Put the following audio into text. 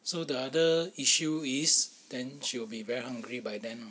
so the other issue is then she will be very hungry by then lor